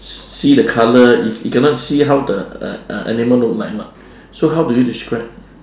see the colour he he cannot see how the uh uh animal look like mah so how do you describe